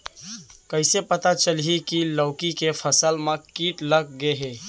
कइसे पता चलही की लौकी के फसल मा किट लग गे हे?